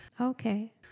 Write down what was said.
Okay